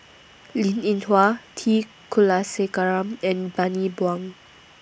Linn in Hua T Kulasekaram and Bani Buang